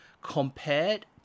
compared